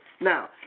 Now